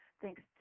thanks